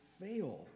fail